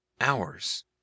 hours